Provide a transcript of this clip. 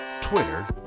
Twitter